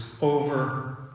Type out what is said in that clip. over